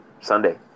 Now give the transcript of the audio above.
Sunday